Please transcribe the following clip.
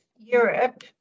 Europe